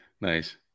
Nice